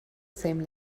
same